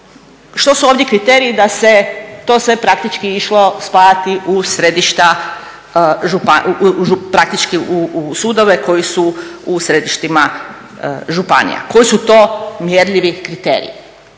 Što su ovdje kriteriji da se to sve praktički išlo spajati u središta, praktički u sudove koji su u središtima županija, koji su to mjerljivi kriteriji?